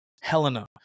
Helena